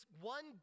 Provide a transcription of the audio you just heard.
one